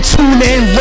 TuneIn